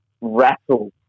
rattle